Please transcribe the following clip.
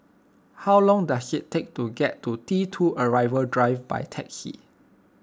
how long does it take to get to T two Arrival Drive by taxi